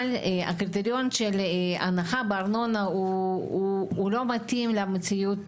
אבל הקריטריון של הנחה בארנונה הוא לא מתאים למציאות